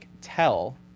tell